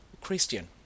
Christian